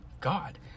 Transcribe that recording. God